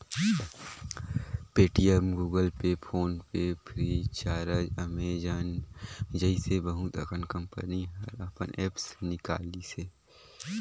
Paytm, Google Pay, PhonePe Freecharge, Amazon जइसे बहुत अकन कंपनी हर अपन ऐप्स निकालिसे